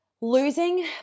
losing